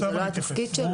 זה לא התפקיד שלו.